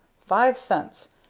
five cents!